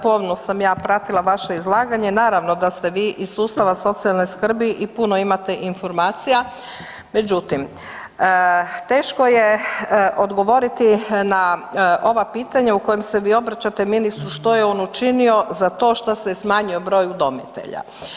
Pomno sam ja pratila vaše izlaganje, naravno da ste vi iz sustava socijalne skrbi i puno imate informacija, međutim teško je odgovoriti na ova pitanja u kojem se vi obraćate ministru što je on učinio za to što se je smanjio broj udomitelja.